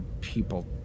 people